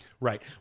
Right